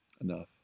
enough